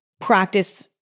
practice